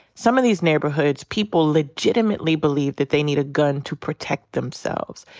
some of these neighborhoods, people legitimately believe that they need a gun to protect themselves.